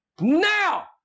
now